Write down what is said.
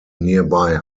nearby